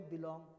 belong